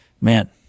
man